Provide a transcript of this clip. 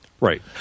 Right